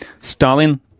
Stalin